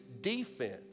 defense